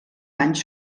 anys